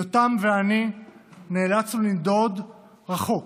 יותם ואני נאלצנו לנדוד רחוק,